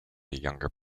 younger